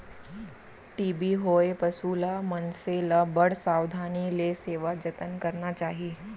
TB होए पसु ल, मनसे ल बड़ सावधानी ले सेवा जतन करना चाही